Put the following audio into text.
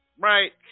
Right